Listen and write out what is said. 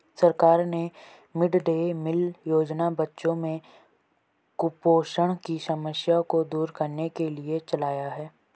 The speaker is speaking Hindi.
सरकार ने मिड डे मील योजना बच्चों में कुपोषण की समस्या को दूर करने के लिए चलाया है